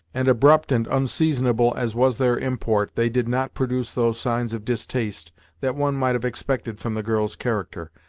and abrupt and unseasonable as was their import, they did not produce those signs of distaste that one might have expected from the girl's character.